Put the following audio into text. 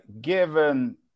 given